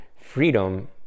freedom